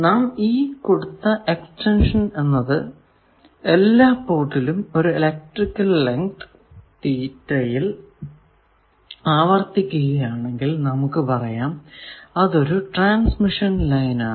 നാം ഈ കൊടുത്ത എക്സ്റ്റൻഷൻ എന്നത് എല്ലാ പോർട്ടിലും ഒരു ഇലെക്ട്രിക്കൽ ലെങ്ത് തീറ്റ യിൽ ആവർത്തിക്കുകയാണെങ്കിൽ നമുക്ക് പറയാം അതൊരു ട്രാൻസ്മിഷൻ ലൈൻ ആണ്